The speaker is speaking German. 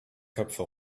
köpfe